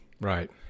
Right